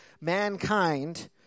mankind